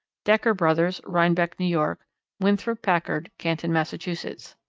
decker brothers, rhinebeck, new york winthrop packard, canton, massachusetts.